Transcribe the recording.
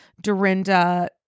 Dorinda